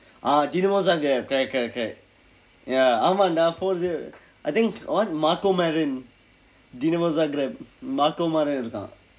ah correct correct correct yah ஆமாம்:aamaam dah four zero I think what marco marine marco மாதிரி இருக்கிறான்:maathiri irukkiraan